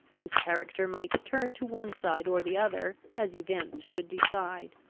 whose character might turn to one side or the other as events should decide.